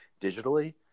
digitally